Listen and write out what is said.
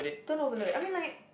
turn over rate I mean like